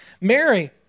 Mary